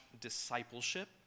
discipleship